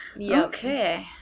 Okay